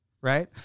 right